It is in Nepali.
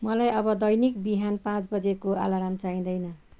मलाई अब दैनिक बिहान पाँच बजेको अलार्म चाहिँदैन